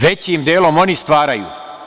Većim delom oni stvaraju.